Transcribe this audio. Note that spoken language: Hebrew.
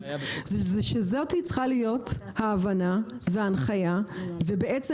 שזאת צריכה להיות ההבנה וההנחיה ובעצם